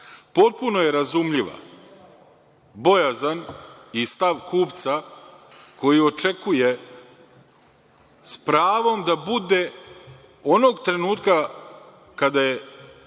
način. Potpuno je razumljiva bojazan i stav kupca koji očekuje s pravom da bude, onog trenutka kada je